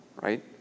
right